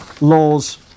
laws